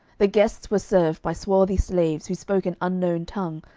the guests were served by swarthy slaves who spoke an unknown tongue,